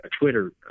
Twitter